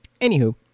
Anywho